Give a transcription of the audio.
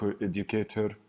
educator